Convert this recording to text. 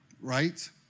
right